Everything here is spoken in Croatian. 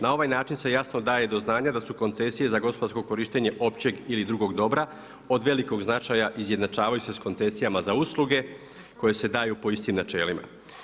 Na ovaj način se jasno daje do znanja da su koncesije za gospodarsko korištenje općeg ili drugog dobra od velikog značaja i izjednačavaju se sa koncesijama za usluge koje se daju po istim načelima.